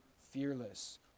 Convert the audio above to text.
fearless